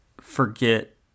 forget